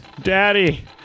Daddy